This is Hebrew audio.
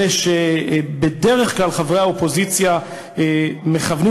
אלה שבדרך כלל חברי האופוזיציה מכוונים